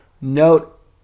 note